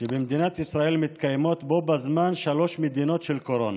שבמדינת ישראל מתקיימות בו בזמן שלוש מדינות של קורונה.